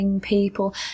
people